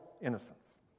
innocence